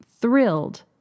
thrilled